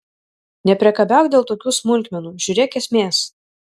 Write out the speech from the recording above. nepriekabiauk dėl tokių smulkmenų žiūrėk esmės